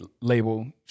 label